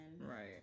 right